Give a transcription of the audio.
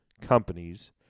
companies